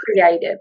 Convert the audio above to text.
creative